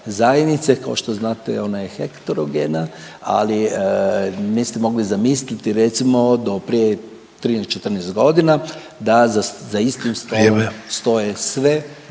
zajednice. Kao što znate ona je heterogena, ali niste mogli zamisliti recimo do prije 13, 14 godina da za istim stolom stoje svi